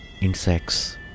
insects